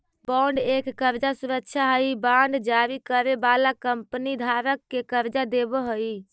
bond एक कर्जा सुरक्षा हई बांड जारी करे वाला कंपनी धारक के कर्जा देवऽ हई